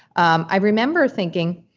um i remember thinking,